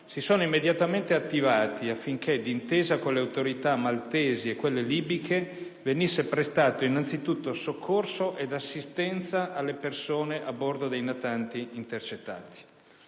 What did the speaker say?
si sono immediatamente attivati affinché, d'intesa con le autorità maltesi e libiche, venisse prestato innanzitutto soccorso ed assistenza alle persone a bordo dei natanti intercettati.